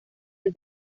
del